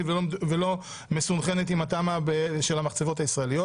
ולא מסונכרנת עם התמ"א של המחצבות הישראליות